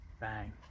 bang